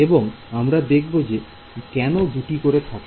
এবং আমরা দেখব যে কেন দুটি করে থাকে